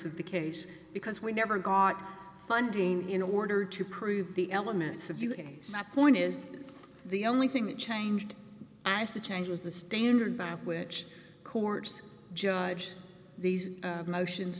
of the case because we never got funding in order to prove the elements of the point is the only thing that changed i suggest was the standard by which courts judge these motions